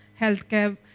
healthcare